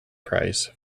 price